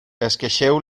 esqueixeu